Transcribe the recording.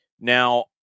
Now